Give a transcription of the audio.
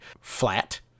flat